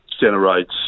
generates